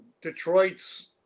Detroit's